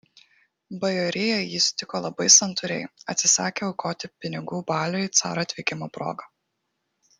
bajorija jį sutiko labai santūriai atsisakė aukoti pinigų baliui caro atvykimo proga